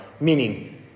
Meaning